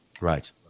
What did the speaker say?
Right